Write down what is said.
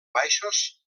baixos